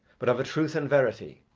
but of a truth and verity,